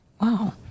wow